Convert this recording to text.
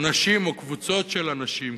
אנשים או קבוצות של אנשים,